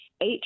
eight